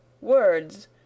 Words